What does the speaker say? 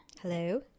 Hello